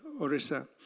Orissa